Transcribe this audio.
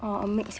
or a mix